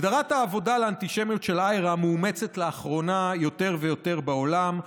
הגדרת העבודה לאנטישמיות של IHRA מאומצת לאחרונה יותר ויותר בעולם.